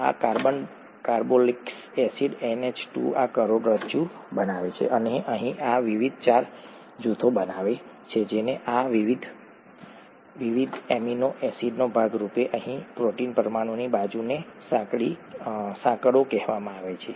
આ carbon carboxylic acid NH2 આ કરોડરજ્જુ બનાવે છે અને આ વિવિધ આર જૂથો બનાવે છે જેને આ વિવિધ એમિનો એસિડના ભાગ રૂપે અહીં આ પ્રોટીન પરમાણુની બાજુની સાંકળો કહેવામાં આવે છે